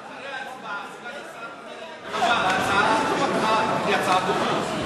אחרי ההצבעה סגן השר אומר, היא הצעה טובה.